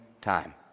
time